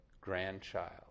grandchild